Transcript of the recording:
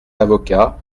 avocat